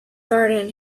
garden